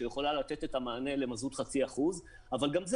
שיכולה לתת את המענה למזות חצי אחוז אבל גם פה